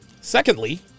Secondly